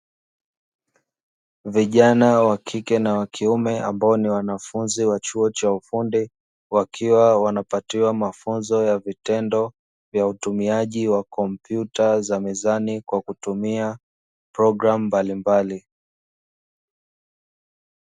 Vijana wa kike na wa kiume, ambao ni wanafunzi wa chuo cha ufundi, wakiwa wanapatiwa mafunzo ya vitendo, vya utumiaji wa kompyuta za mezani ,kwa kutumia programu mbalimbali.